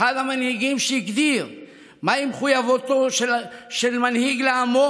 אחד המנהיגים שהגדירו את מחויבותו של מנהיג לעמו